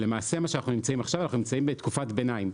למעשה אנחנו נמצאים עכשיו בתקופת ביניים,